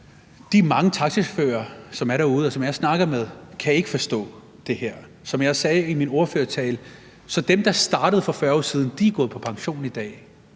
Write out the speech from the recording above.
som er derude, og som jeg snakker med, kan ikke forstå det her. Som jeg også sagde i min ordførertale, så er dem, der startede for 40 år siden, gået på pension i dag